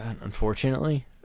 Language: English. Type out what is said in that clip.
unfortunately